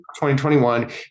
2021